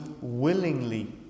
willingly